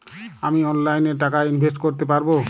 আমি অনলাইনে টাকা ইনভেস্ট করতে পারবো?